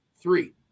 three